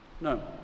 No